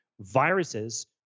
viruses